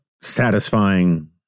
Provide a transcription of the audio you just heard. satisfying